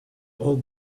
all